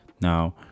Now